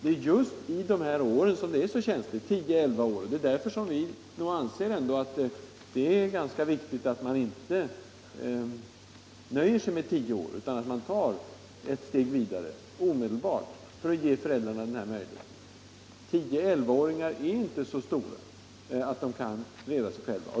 Det är just i åldern 10-11 år som det är så känsligt. Det är därför vi anser att det är viktigt att man inte nöjer sig med tio år, utan omedelbart tar ett steg vidare för att ge föräldrarna möjligheten att vara hemma. 10-11 åringar är inte så stora att de kan klara sig själva.